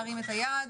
להרים את היד.